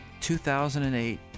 2008